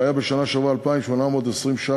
שהיה בשנה שעברה 2,820 שקלים.